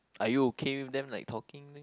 are you okay with them like talking